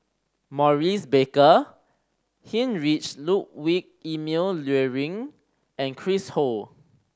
Maurice Baker Heinrich Ludwig Emil Luering and Chris Ho